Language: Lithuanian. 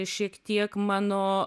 šiek tiek mano